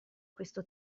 questo